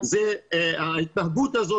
ההתנהגות הזו,